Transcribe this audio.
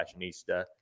fashionista